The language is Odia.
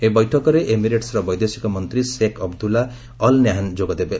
ଏହି ବୈଠକରେ ଏମିରେଟ୍ସ୍ର ବୈଦେଶିକ ମନ୍ତ୍ରୀ ଶେକ୍ ଅବଦୁଲ୍ଲୁ ଅଲ୍ ନହ୍ୟାନ୍ ଯୋଗ ଦେବେ